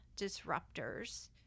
disruptors